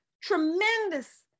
tremendous